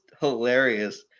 hilarious